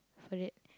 for it